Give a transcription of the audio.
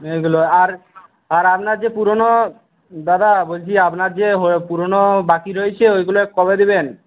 এই গুলো আর আর আপনার যে পুরনো দাদা বলছি আপনার যে পুরনো বাকি রয়েছে ওইগুলো কবে দেবেন